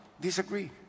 disagree